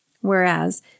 whereas